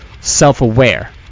self-aware